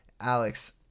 Alex